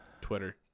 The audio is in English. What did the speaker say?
Twitter